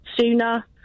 sooner